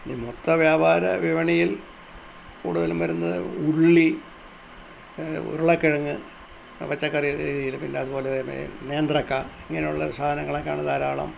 ഈ മൊത്തവ്യാപാര വിപണിയിൽ കൂടുതലും വരുന്നത് ഉള്ളി ഉരുളക്കിഴങ്ങ് പച്ചക്കറി ഈ പിന്നെ അതുപോലെതന്നെ നേന്ത്രക്ക ഇങ്ങനെ ഉള്ള സാധനങ്ങളക്കെയാണ് ധാരാളം